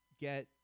get